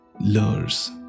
lures